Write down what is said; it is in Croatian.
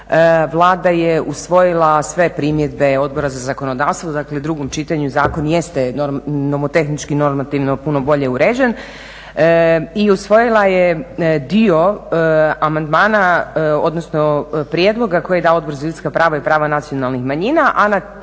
Vlada je usvojila sve primjedbe Odbora za zakonodavstvo, dakle u drugom čitanju zakon jeste nomotehnički normativno puno bolje uređen i usvojila je dio amandmana, odnosno prijedloga koje je dao Odbor za ljudska prava i prava nacionalnih manjina,